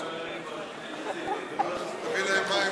משפטים ובתי-משפט,